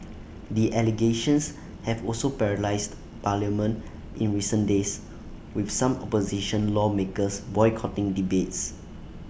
the allegations have also paralysed parliament in recent days with some opposition lawmakers boycotting debates